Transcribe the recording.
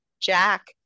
Jack